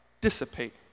dissipate